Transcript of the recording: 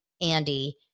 Andy